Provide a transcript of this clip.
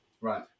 right